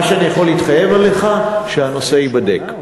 מה שאני יכול להתחייב אליך הוא שהנושא ייבדק,